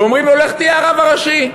ואומרים לו: לך תהיה הרב הראשי.